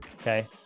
Okay